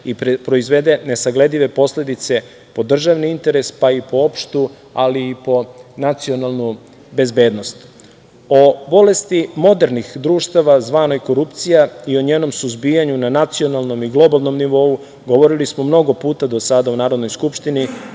i proizvede nesagledive posledice po državni interes, pa i po opštu ali i po nacionalnu bezbednost.O bolesti modernih društava, zvanoj korupcija i o njenom suzbijanju na nacionalnom i globalnom nivou, govorili smo mnogo puta do sada u Narodnoj skupštini.